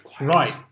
Right